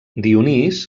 dionís